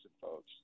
folks